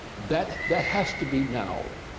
that that has to be now.